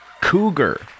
Cougar